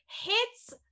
hits